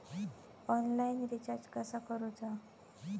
Online recharge कसा करूचा?